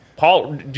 Paul